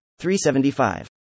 375